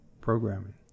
programming